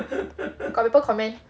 got people comment